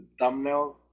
thumbnails